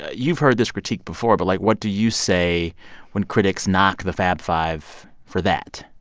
ah you've heard this critique before, but, like, what do you say when critics knock the fab five for that?